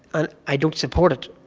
and i don't support it,